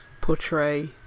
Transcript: portray